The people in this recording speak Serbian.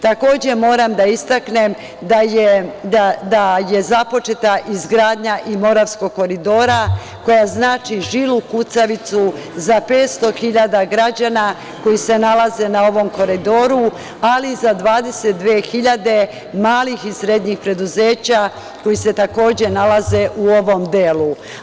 Takođe, moram da istaknem da je započeta izgradnja i Moravskog koridora koja znači žilu kucavicu za 500 hiljada građana koji se nalaze na ovom koridoru, ali i za 22 hiljade malih i srednjih preduzeća koji se takođe nalaze u ovom delu.